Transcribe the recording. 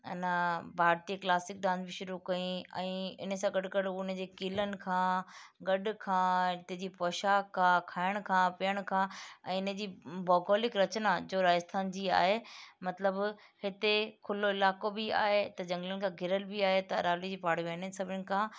इन भारतीय classic dance शुरू कयईं ऐं इन सां गॾु गॾु उन जी क़िलनि खां गॾु खां हिते जी पोशाक आहे खाइण खां पीअण खां ऐं इन जी भौगोलिक रचिना जो राजस्थान जी आहे मतिलबु हिते खुलो इलाइक़ो बि आहे त झंगलियुनि खां घिरियल बि आहे त अरावली जी पहाड़ी बि आहिनि इन्हनि सभिनीनि खां